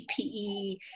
PPE